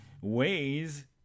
ways